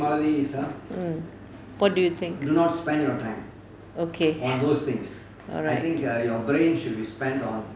mm what do you think okay alright